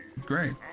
Great